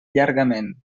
llargament